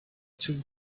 two